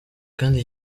kandi